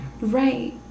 Right